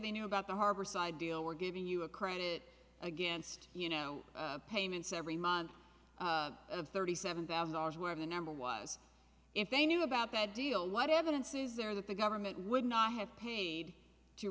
they knew about the harbourside deal we're giving you a credit against you know payments every month of thirty seven thousand dollars where the number was if they knew about that deal what evidence is there that the government would not have paid to